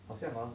好像 ah